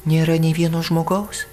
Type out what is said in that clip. nėra nei vieno žmogaus